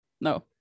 no